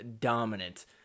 dominant